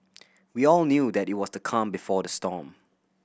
we all knew that it was the calm before the storm